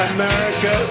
America